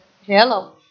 hello